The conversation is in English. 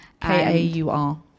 K-A-U-R